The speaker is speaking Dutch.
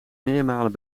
meermalen